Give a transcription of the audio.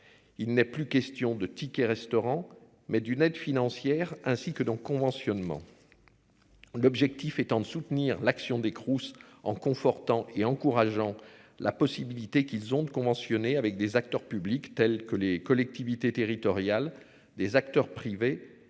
Il n'est plus question de tickets restaurant mais d'une aide financière ainsi que donc conventionnement. L'objectif étant de soutenir l'action des Crous en confortant et encourageant la possibilité qu'ils ont de conventionnés avec des acteurs publics tels que les collectivités territoriales, des acteurs privés